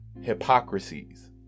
hypocrisies